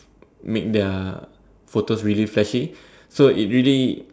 make their photos really flashy so it really